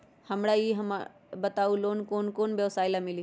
हमरा ई बताऊ लोन कौन कौन व्यवसाय ला मिली?